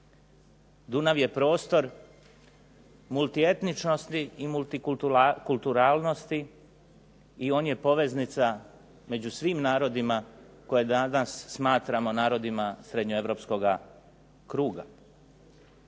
Dunav je prostor multietničnosti i multikulturalnosti on je poveznica među svim narodima koje danas smatramo narodima srednjeeuropskoga kruga.